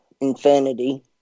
infinity